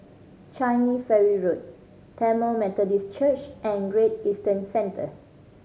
Changi Ferry Road Tamil Methodist Church and Great Eastern Centre